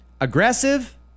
aggressive